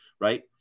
right